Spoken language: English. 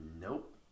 nope